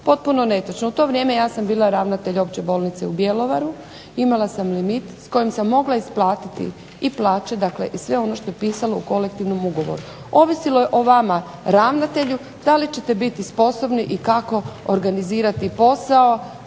Potpuno netočno! U to vrijeme ja sam bila ravnatelj Opće bolnice u Bjelovaru, imala sam limit s kojim sam mogla isplatiti i plaće, dakle i sve ono što je pisalo u kolektivnom ugovoru. Ovisilo je o vama ravnatelju da li ćete biti sposobni i kako organizirati posao, kako